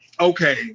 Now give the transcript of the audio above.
okay